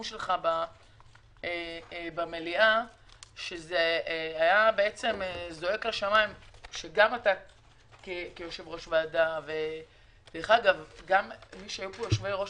שלך במליאה שזעק לשמים שגם אתה כיושב-ראש ועדה וגם מי שהיו פה יושבי ראש